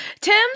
Tim's